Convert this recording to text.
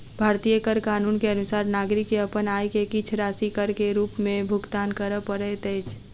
भारतीय कर कानून के अनुसार नागरिक के अपन आय के किछ राशि कर के रूप में भुगतान करअ पड़ैत अछि